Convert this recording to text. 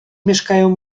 mieszkają